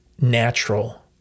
natural